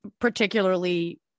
particularly